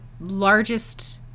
largest